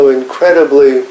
incredibly